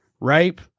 rape